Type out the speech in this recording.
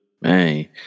Man